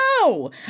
no